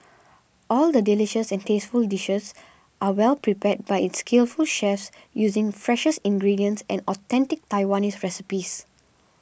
all the delicious and tasteful dishes are well prepared by its skillful chefs using freshest ingredients and authentic Taiwanese recipes